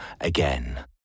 again